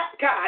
God